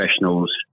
professionals